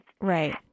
Right